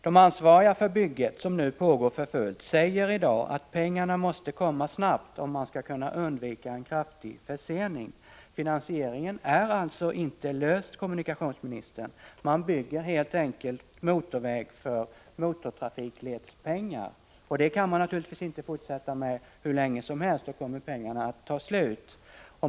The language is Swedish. De ansvariga för bygget, som nu pågår för fullt, säger i dag att pengarna måste komma snabbt om man skall kunna undvika en kraftig försening. Finansieringen är alltså inte löst. Man bygger helt enkelt motorväg för motortrafikledspengar. Det kan man naturligtvis inte fortsätta med hur länge som helst. Då kommer pengarna att ta slut.